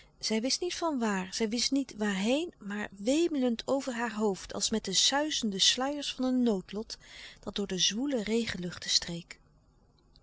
zij wist niet van waar zij wist niet waar heen maar wemelend over haar hoofd als met de suizende sluiers van een noodlot dat door de zwoele regenluchten streek